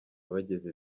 bageze